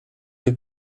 have